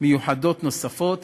מיוחדות נוספות